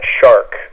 shark